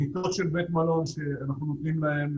מיטות של בית מלון שאנחנו נותנים להם,